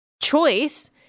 choice